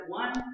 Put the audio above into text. one